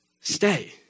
stay